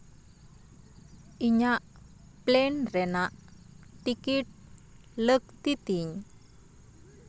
ᱤᱧᱟᱹᱜ ᱯᱞᱮᱱ ᱨᱮᱭᱟᱜ ᱴᱤᱠᱤᱴ ᱞᱟᱹᱠᱛᱤ ᱛᱤᱧ